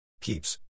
Keeps